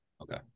Okay